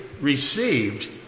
received